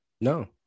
No